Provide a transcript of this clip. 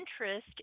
interest